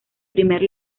primer